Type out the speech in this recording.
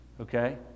okay